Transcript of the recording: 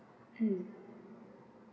mm